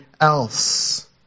else